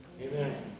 Amen